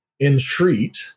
entreat